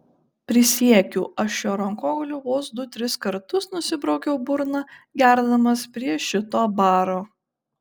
prisiekiu aš šiuo rankogaliu vos du tris kartus nusibraukiau burną gerdamas prie šito baro